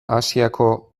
asiako